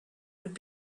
would